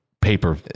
paper